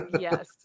Yes